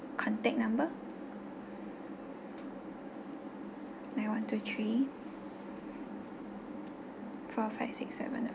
contact number nine one two three four five six seven